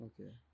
okay